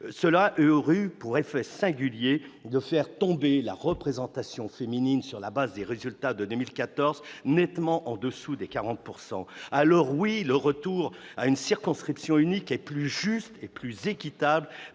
aurait eu pour effet singulier de faire chuter la représentation féminine, sur la base des résultats de 2014, nettement en dessous des 40 %. Oui ! Le retour à une circonscription unique est plus juste et plus équitable